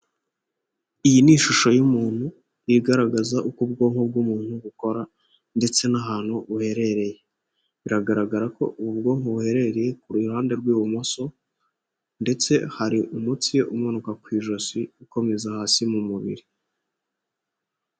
Iyi ni ishusho y'umuntu igaragaza uko ubwonko bw'umuntu bukora ndetse n'ahantu buherereye, biragaragara ko ubwonko buherereye ku ruhande rw'ibumoso ndetse hari umutsi umanuka ku ijosi ukomeza hasi mu mubiri.